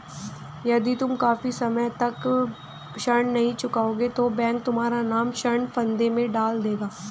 यदि तुम काफी समय तक ऋण नहीं चुकाओगे तो बैंक तुम्हारा नाम ऋण फंदे में डाल देगा